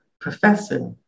Professor